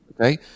Okay